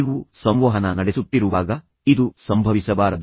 ನೀವು ಸಂವಹನ ನಡೆಸುತ್ತಿರುವಾಗ ಇದು ಸಂಭವಿಸಬಾರದು